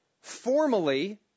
formally